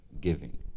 Giving